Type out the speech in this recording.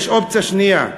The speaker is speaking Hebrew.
יש אופציה שנייה,